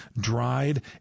dried